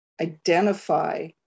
identify